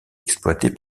exploitée